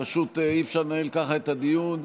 פשוט אי-אפשר לנהל ככה את הדיון.